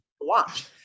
watch